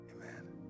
Amen